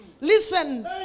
Listen